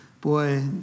Boy